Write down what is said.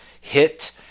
hit